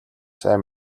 сайн